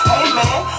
amen